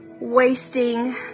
wasting